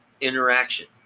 interaction